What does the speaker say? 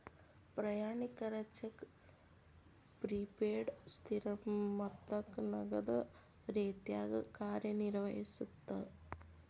ಪ್ರಯಾಣಿಕರ cheque prepaid ಸ್ಥಿರ ಮೊತ್ತಕ್ಕ ನಗದ ರೇತ್ಯಾಗ ಕಾರ್ಯನಿರ್ವಹಿಸತ್ತ